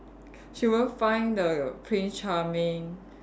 she won't find the prince charming